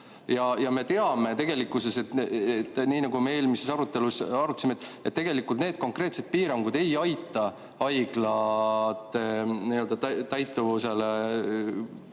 ja me teame tegelikkuses, nii nagu me eelmises arutelus arutasime, et need konkreetsed piirangud ei aita haigla täituvust